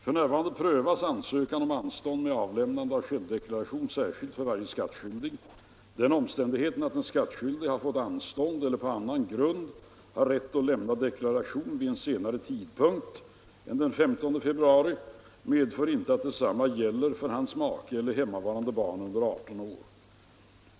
F.n. prövas ansökan om anstånd med avlämnande av självdeklaration särskilt för varje skattskyldig. Den omständigheten att en skattskyldig har fått anstånd eller på annan grund har rätt att lämna deklaration vid en senare tidpunkt än den 15 februari medför inte att detsamma gäller för hans make eller hemmavarande barn under 18 år.